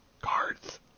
Cards